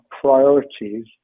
priorities